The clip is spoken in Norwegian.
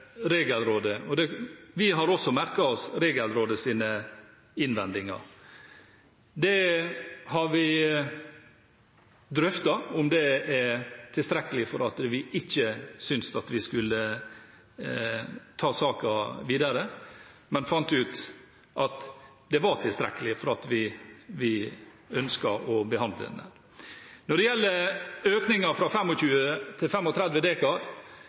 til Regelrådet. Vi har også merket oss Regelrådets innvendinger. Vi har drøftet om det var tilstrekkelig for at vi ikke skulle ta saken videre, men fant ut at det var tilstrekkelig for at vi ønsket å behandle den. Når det gjelder økningen fra 25 til